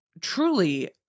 truly